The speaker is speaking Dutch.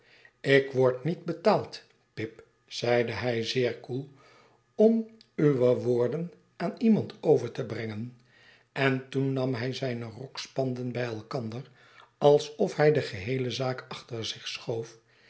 ik word niet betaald pip zeide hij zeer koel om uwe woorden aan iemand over te brengen en toen nam hij zijne rokspanden bij elkander alsof hij de geheele zaak achter zich schoof